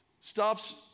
stops